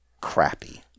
crappy